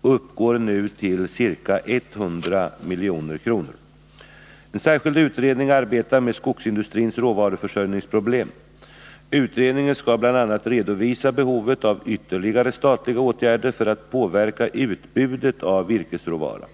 och uppgår nu till ca 100 milj.kr. En särskild utredning arbetar med skogsindustrins råvaruförsörjningsproblem. Utredningen skall bl.a. redovisa behovet av ytterligare statliga åtgärder för att påverka utbudet av virkesråvara.